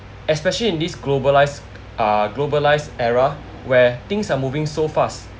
especially in this globalise uh globalise era where things are moving so fast